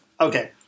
Okay